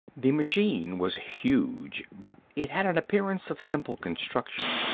the machine was huge, but it had an appearance of simple construction.